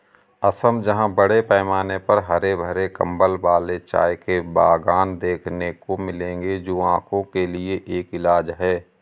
असम जहां बड़े पैमाने पर हरे भरे कंबल वाले चाय के बागान देखने को मिलेंगे जो आंखों के लिए एक इलाज है